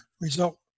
result